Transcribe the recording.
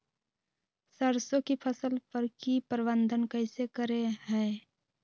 सरसों की फसल पर की प्रबंधन कैसे करें हैय?